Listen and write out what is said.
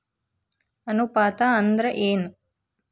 ಅನುಪಾತ ಅಂದ್ರ ಏನ್?